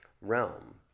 realm